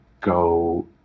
go